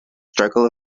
struggle